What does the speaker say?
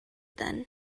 then